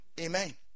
Amen